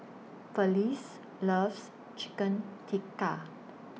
Felice loves Chicken Tikka